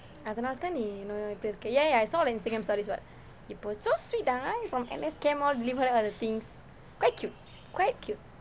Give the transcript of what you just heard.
அதனால தான் நீ இன்னும் இப்படி இருக்கிற:athanaala thaan ni innum ippadi irukkira ya ya I saw the Instagram stories what you post so sweet ah from N_S camp all give her all the things quite cute quite cute